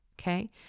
okay